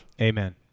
Amen